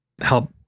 help